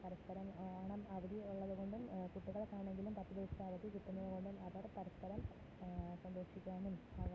പരസ്പരം ഓണം അവധി ഉള്ളതുകൊണ്ടും കുട്ടികള്ക്കാണെങ്കിലും പത്തു ദിവസം അവധി കിട്ടുന്നതുകൊണ്ടും അവർ പരസ്പരം സന്തോഷിക്കാനും